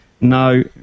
no